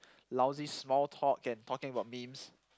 lousy small talk and talking about memes